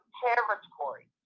territory